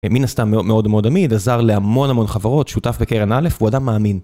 מן הסתם מאוד מאוד עמיד, עזר להמון המון חברות, שותף בקרן א', הוא אדם מאמין.